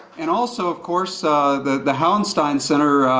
and also, of course, ah the the hauenstein center,